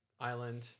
island